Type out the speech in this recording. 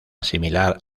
similar